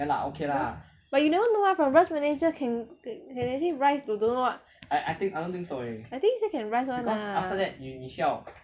but you never know mah from branch manager can can actually rise to don't know what I think still can rise one lah